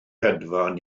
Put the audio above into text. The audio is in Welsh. hedfan